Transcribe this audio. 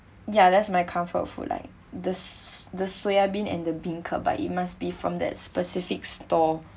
ya that's my comfort food like the the soya bean and the beancurd but it must be from that specific store